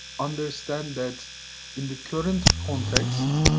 understand that in the current context,